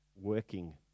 working